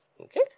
Okay